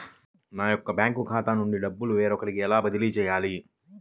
నా యొక్క బ్యాంకు ఖాతా నుండి డబ్బు వేరొకరికి ఎలా బదిలీ చేయాలి?